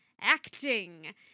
acting